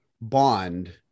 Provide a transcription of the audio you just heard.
bond